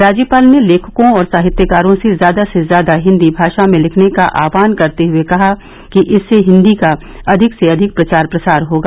राज्यपाल ने लेखकों और साहित्यकारों से ज्यादा से ज्यादा हिन्दी भाषा में लिखने का आहवान करते हुए कहा कि इससे हिन्दी का अधिक से अधिक प्रचार प्रसार होगा